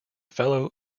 fellow